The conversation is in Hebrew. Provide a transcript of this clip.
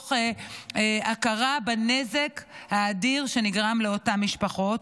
מתוך הכרה בנזק האדיר שנגרם לאותן משפחות,